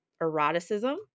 eroticism